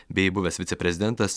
bei buvęs viceprezidentas